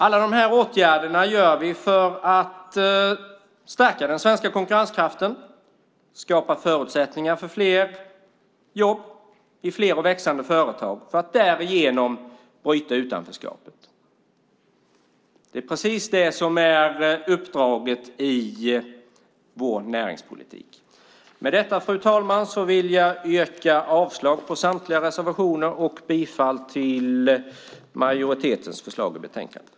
Alla dessa åtgärder vidtar vi för att stärka den svenska konkurrenskraften, skapa förutsättningar för fler jobb i fler och växande företag för att därigenom bryta utanförskapet. Det är precis det som är uppdraget i vår näringspolitik. Fru talman! Jag yrkar avslag på samtliga reservationer och bifall till majoritetens förslag i betänkandet.